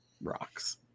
rocks